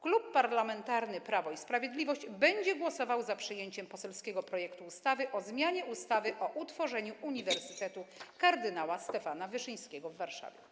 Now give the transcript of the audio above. Klub Parlamentarny Prawo i Sprawiedliwość będzie głosował za przyjęciem poselskiego projektu ustawy o zmianie ustawy o utworzeniu Uniwersytetu Kardynała Stefana Wyszyńskiego w Warszawie.